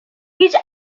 هیچ